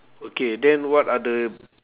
okay then what are the